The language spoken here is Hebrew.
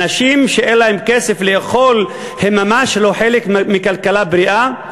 אנשים שאין להם כסף לאכול הם ממש לא חלק מכלכלה בריאה,